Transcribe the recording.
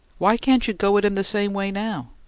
why can't you go at him the same way now?